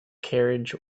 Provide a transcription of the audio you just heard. carriage